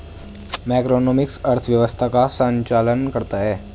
macroeconomics अर्थव्यवस्था का संचालन करता है